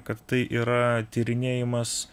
kad tai yra tyrinėjimas